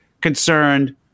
concerned